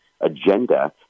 agenda